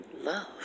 love